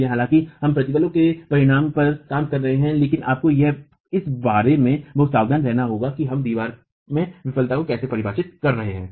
इसलिए हालांकि हम प्रतिबल के परिणाम पर काम कर रहे हैं लेकिन आपको इस बारे में बहुत सावधान रहना होगा कि हम दीवार में विफलता को कैसे परिभाषित कर रहे हैं